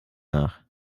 nach